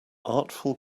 artful